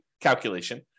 calculation